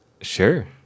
Sure